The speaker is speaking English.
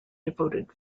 devoted